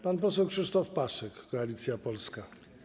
Pan poseł Krzysztof Paszyk, Koalicja Polska.